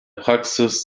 praxis